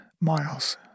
Miles